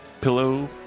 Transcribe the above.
Pillow